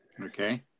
Okay